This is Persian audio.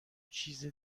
چیز